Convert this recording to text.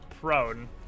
prone